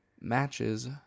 Matches